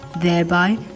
thereby